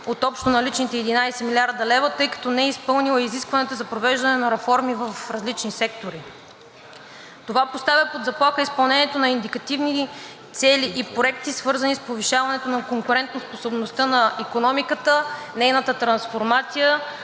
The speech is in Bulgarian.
от общо налични над 11 млрд. лв., тъй като не е изпълнила изискванията за провеждане на реформи в различни сектори. Това поставя под заплаха изпълнението на индикативни цели и проекти, свързани с повишаването на конкурентоспособността на икономиката и нейната трансформация,